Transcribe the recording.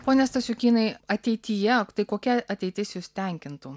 pone stasiukynai ateityje tai kokia ateitis jus tenkintų